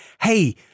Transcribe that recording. hey